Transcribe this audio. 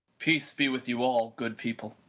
peace be with you all, good people.